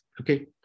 okay